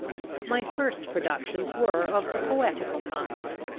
my first productions were of the poetical kind.